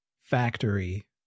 factory